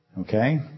Okay